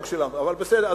מי שקיים את